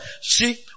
See